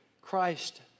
Christ